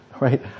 right